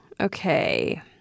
Okay